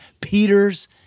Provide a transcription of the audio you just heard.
Peter's